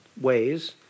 ways